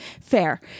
Fair